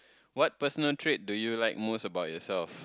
what personal trait do you like most about yourself